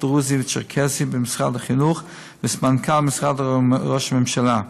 דרוזי וצ'רקסי במשרד החינוך וסמנכ"ל משרד ראש הממשלה.